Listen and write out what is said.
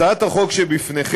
הצעת החוק שלפניכם,